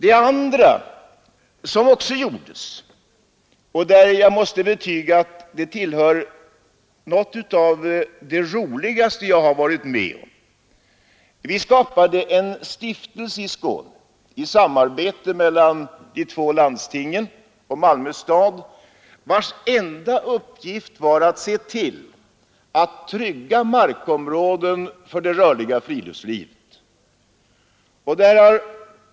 En andra åtgärd som vi vidtog — jag måste betyga att det tillhör det roligaste jag har varit med om — var att i samarbete mellan de två landstingen och Malmö stad skapa en stiftelse i Skåne vars enda uppgift var att tillförsäkra det allmänna markområden för det rörliga friluftslivet.